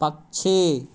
पक्षी